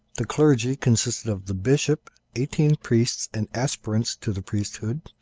the clergy consisted of the bishop, eighteen priests and aspirants to the priesthood,